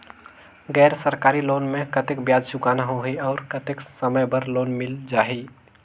गैर सरकारी लोन मे कतेक ब्याज चुकाना होही और कतेक समय बर लोन मिल जाहि?